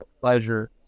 pleasure